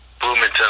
Bloomington